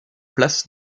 places